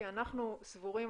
כי אנחנו סבורים,